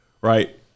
right